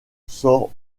sort